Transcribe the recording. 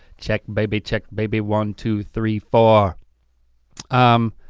check baby check baby, one two three four i'm